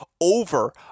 over